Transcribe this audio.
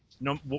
no